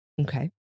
Okay